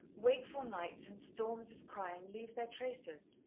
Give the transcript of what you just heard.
wakeful nights and storms of crying leave their traces,